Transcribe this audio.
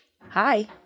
hi